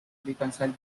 reconcile